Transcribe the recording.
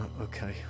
okay